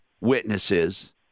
witnesses